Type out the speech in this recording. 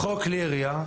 בחוק כלי ירייה,